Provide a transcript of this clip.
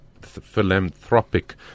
philanthropic